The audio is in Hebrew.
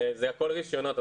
וזה כל הרישיונות.